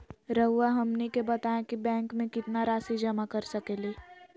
रहुआ हमनी के बताएं कि बैंक में कितना रासि जमा कर सके ली?